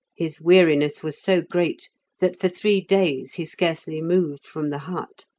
his weariness was so great that for three days he scarcely moved from the hut,